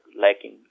lacking